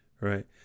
right